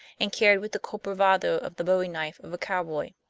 and carried with the cool bravado of the bowie knife of a cowboy.